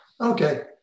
Okay